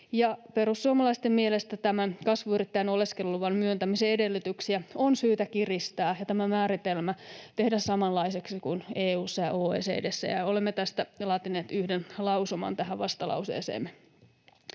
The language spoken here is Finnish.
Perussuomalaisten mielestä tämän kasvuyrittäjän oleskeluluvan myöntämisen edellytyksiä on syytä kiristää ja tehdä tämä määritelmä samanlaiseksi kuin EU:ssa ja OECD:ssä, ja olemme tästä laatineet yhden lausuman tähän vastalauseeseemme.